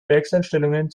werkseinstellungen